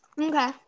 Okay